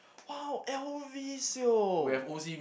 !wow! L_V [siol]